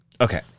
Okay